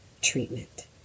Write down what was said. treatment